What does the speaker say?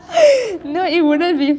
god I could never pay attention in class